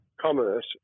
commerce